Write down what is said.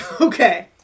Okay